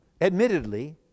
Admittedly